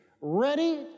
ready